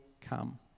come